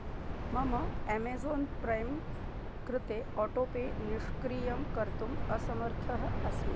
मम Amazon Prime कृते autopay निष्क्रियं कर्तुम् असमर्थः अस्मि